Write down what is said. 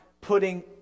putting